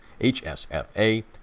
H-S-F-A